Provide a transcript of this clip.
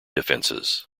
defenses